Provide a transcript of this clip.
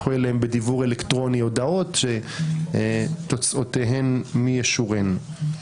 שישלחו אליהם בדיוור אלקטרוני הודעות שתוצאותיהן מי ישורנו.